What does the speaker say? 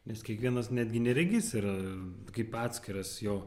nes kiekvienas netgi neregys yra kaip atskiras jo